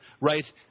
right –